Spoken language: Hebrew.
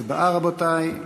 הצבעה, רבותי.